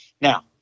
Now